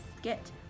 get